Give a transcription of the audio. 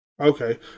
okay